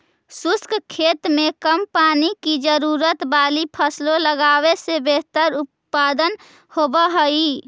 शुष्क खेती में कम पानी की जरूरत वाली फसलें लगावे से बेहतर उत्पादन होव हई